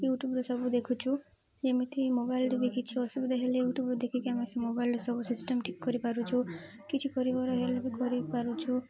ୟୁଟ୍ୟୁବ୍ରେ ସବୁ ଦେଖୁଛୁ ଯେମିତି ମୋବାଇଲରେ ବି କିଛି ଅସୁବିଧା ହେଲେ ୟୁଟ୍ୟୁବ୍ରୁ ଦେଖିକି ଆମେ ସେ ମୋବାଇଲରେ ସବୁ ସିଷ୍ଟମ୍ ଠିକ୍ କରିପାରୁଛୁ କିଛି ପରିବାର ହେଲେ ବି କରିପାରୁଛୁ